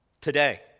today